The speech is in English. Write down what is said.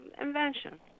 invention